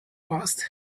passed